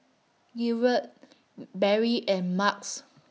Gilbert Berry and Marques